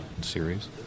series